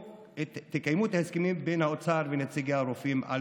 תקיימו את ההסכם בין האוצר לנציגי הרופאים על